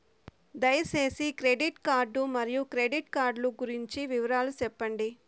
దయసేసి credit card మరియు credit card లు గురించి వివరాలు సెప్పండి?